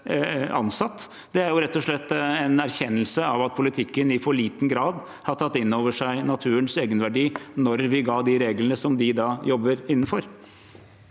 det er rett og slett en erkjennelse av at politikken i for liten grad tok inn over seg naturens egenverdi da vi ga de reglene som de jobber innenfor.